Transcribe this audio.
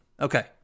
Okay